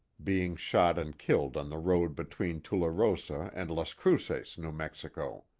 being shot and killed on the road between tularosa and las cruces, new mexico.